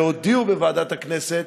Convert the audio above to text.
שהודיעו בוועדת הכנסת